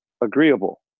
agreeable